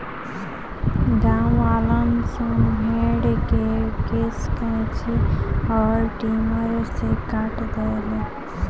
गांववालन सन भेड़ के केश कैची अउर ट्रिमर से काट देले